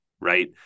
right